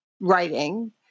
writing